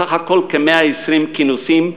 בסך הכול כ-120 כינוסים,